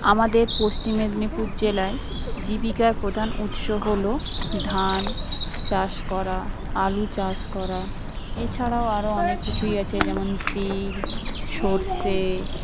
আমাদের পশ্চিম মেদিনীপুর জেলায় জীবিকার প্রধান উৎস হলো ধান চাষ করা আলু চাষ করা এছাড়াও আরও অনেক কিছুই আছে যেমন তিল সর্ষে